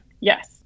Yes